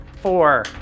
four